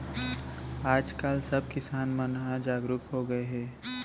आज काल सब किसान मन ह जागरूक हो गए हे